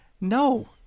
No